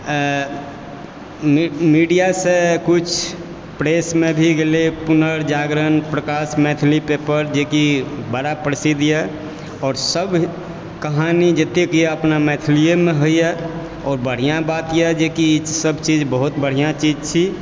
मिडियासँ कुछ प्रेसमे भी गेलय पुनर्जागरण प्रकाश मैथिलीक पेपर जेकि बड़ा प्रसिद्धए आओरसभ हित कहानी जतेकए अपना मैथिलीएमे होयए आओर बढ़िआँ बातए जेकि जे ईसभ चीज बहुत बढ़िआँ चीज छी